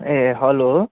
A hello